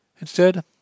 Instead